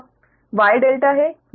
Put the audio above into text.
अब यह Y ∆ है